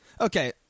Okay